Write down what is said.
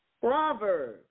Proverbs